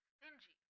Stingy